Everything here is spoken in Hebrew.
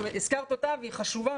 הזכרת אותה והיא חשובה,